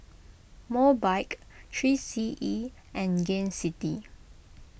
Mobike three C E and Gain City